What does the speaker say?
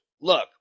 Look